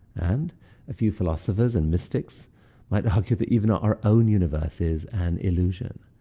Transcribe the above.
and a few philosophers and mystics might argue that even our own universe is an illusion.